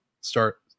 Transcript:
start